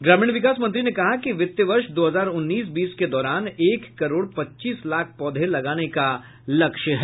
ग्रामीण विकास मंत्री ने कहा कि वित्त वर्ष दो हजार उन्नीस बीस के दौरान एक करोड पच्चीस लाख पौधे लगाने का लक्ष्य है